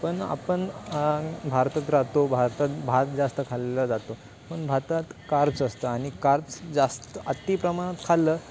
पण आपण भारतात राहतो भारतात भात जास्त खाल्लेला जातो पण भात कारच असतं आणि कारच जास्त अति प्रमाणात खाल्लं